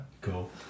Cool